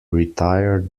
retired